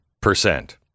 percent